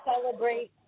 celebrate